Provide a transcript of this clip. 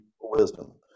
wisdom